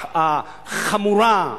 החמורה,